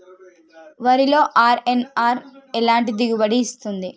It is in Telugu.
వరిలో అర్.ఎన్.ఆర్ ఎలాంటి దిగుబడి ఇస్తుంది?